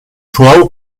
suau